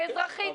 כאזרחית.